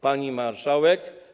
Pani Marszałek!